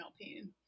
pain